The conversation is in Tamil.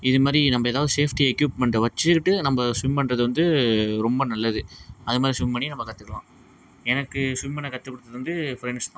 இது மாதிரி நம்ப ஏதாவது சேஃப்டி எக்யூப்மெண்ட்டை வைச்சுக்கிட்டு நம்ப ஸ்விம் பண்ணுறது வந்து ரொம்ப நல்லது அது மாதிரி ஸ்விம் பண்ணி நம்ப கற்றுக்கலாம் எனக்கு ஸ்விம் பண்ண கற்று கொடுத்தது வந்து ஃப்ரெண்ட்ஸ் தான்